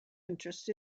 interest